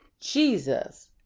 Jesus